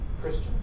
Christian